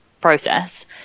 process